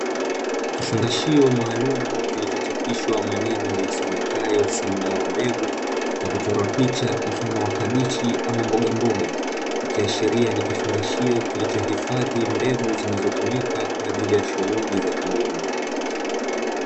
Kifungashio maalumu kilichochapishwa maneno yasomekayo "Simlaw mbegu" na kuchorwa picha mfano wa kabichi ama mbogamboga, ikiashiria ni kifungashio kilichohifadhi mbegu zinazotumika, kwa ajili ya shughuli ya kilimo.